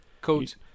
coach